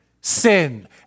sin